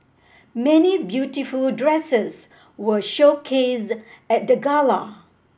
many beautiful dresses were showcased at the gala